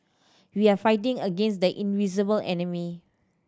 we are fighting against the invisible enemy